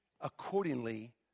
accordingly